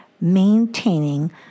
Maintaining